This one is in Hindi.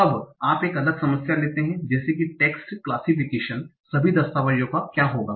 अब आप एक अलग समस्या लेते हैं जैसे कि टेक्स्ट क्लासिफिकेशन सभी दस्तावेज़ों का क्या होगा